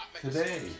today